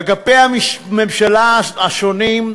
אגפי הממשלה השונים,